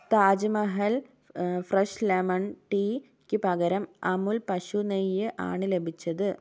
Taj Mahal fresh lemon ടീയ്ക്ക് പകരം അമുൽ പശു നെയ്യ് ആണ് ലഭിച്ചത്